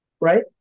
right